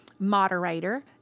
moderator